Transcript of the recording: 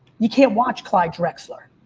you can't watch clyde drexler.